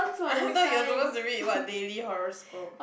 I thought you are supposed to read what daily horoscope